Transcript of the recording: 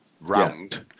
round